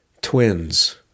Twins